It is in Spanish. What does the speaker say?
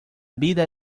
vida